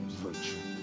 virtue